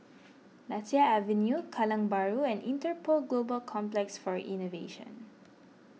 Lasia Avenue Kallang Bahru and Interpol Global Complex for Innovation